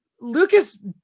Lucas